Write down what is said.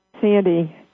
Sandy